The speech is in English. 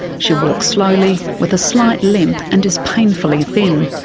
she walks slowly, with a slight limp, and is painfully thin.